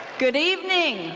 good evening.